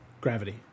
Gravity